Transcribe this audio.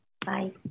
bye